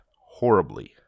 horribly